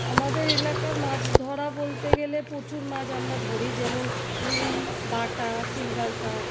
আমাদের এলাকার মাছ ধরা বলতে গেলে প্রচুর মাছ আমরা ধরি যেমন রুই বাটা সিলভার কার্প